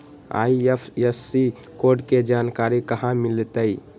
IFSC code के जानकारी कहा मिलतई